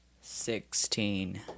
Sixteen